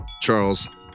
Charles